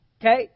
Okay